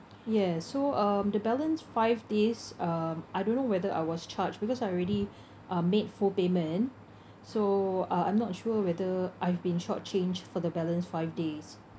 yes so um the balance five days um I don't know whether I was charged because I already uh made full payment so uh I'm not sure whether I've been short changed for the balance five days